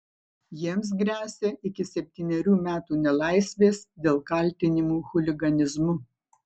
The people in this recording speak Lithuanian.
jiems gresia iki septynerių metų nelaisvės dėl kaltinimų chuliganizmu